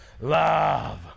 love